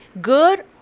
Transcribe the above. good